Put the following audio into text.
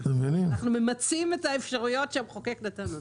אנחנו ממצים את האפשרויות שהמחוקק נתן לנו.